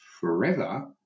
forever